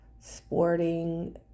sporting